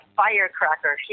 firecracker